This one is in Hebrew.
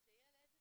כשילד,